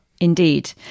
Indeed